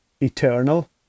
Eternal